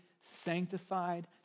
sanctified